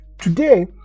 today